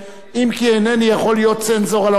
אם כי אינני יכול להיות צנזור על האומרים.